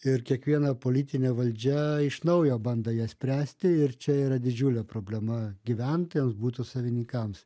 ir kiekviena politinė valdžia iš naujo bando ją spręsti ir čia yra didžiulė problema gyventojams butų savininkams